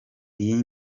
iyi